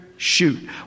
shoot